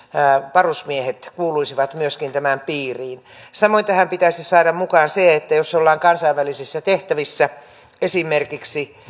varusmiehet kuuluisivat myöskin tämän piiriin samoin tähän pitäisi saada mukaan se että jos ollaan kansainvälisissä tehtävissä esimerkiksi